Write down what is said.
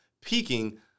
peaking